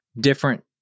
different